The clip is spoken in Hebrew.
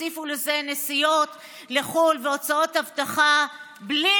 עושים את החיפושים בעצמם בים,